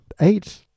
eight